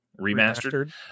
remastered